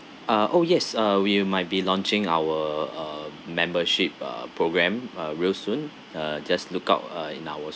uh oh yes uh we might be launching our uh membership uh program uh real soon uh just look out uh in our